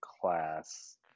class